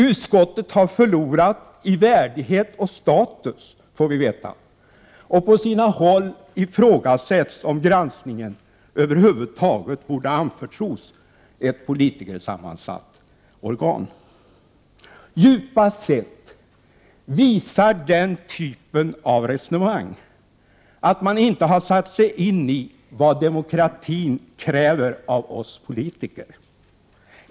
Utskottet har förlorat i värdighet och status, får vi veta, och på sina håll ifrågasätts om granskningen över huvud taget borde anförtros ett politikersammansatt organ. Djupast sett visar den typen av resonemang att man inte har satt sig in i vad demokratin kräver av oss politiker.